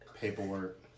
paperwork